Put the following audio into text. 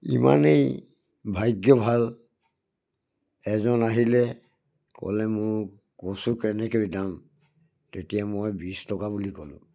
ইমানেই ভাগ্য ভাল এজন আহিলে ক'লে মোক কচু কেনেকৈ দাম তেতিয়া মই বিছ টকা বুলি ক'লোঁ